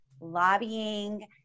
lobbying